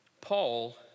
Paul